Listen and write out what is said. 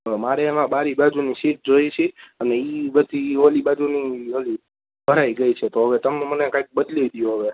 પણ મારે એમાં બારી બાજુની સીટ જોઈએ છે અને ઈ બધી ઓલી બાજુની ઓલી ભરાઈ ગઈ છે તો તમે કાઈક બદલી દયો અવે